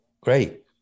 Great